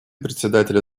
председателя